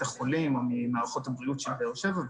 החולים או ממערכות הבריאות של באר שבע,